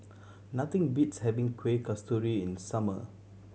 nothing beats having Kueh Kasturi in the summer